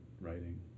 writing